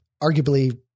arguably